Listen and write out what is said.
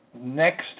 next